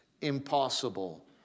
impossible